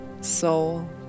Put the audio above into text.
soul